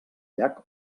llac